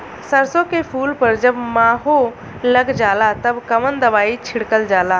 सरसो के फूल पर जब माहो लग जाला तब कवन दवाई छिड़कल जाला?